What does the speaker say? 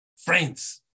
friends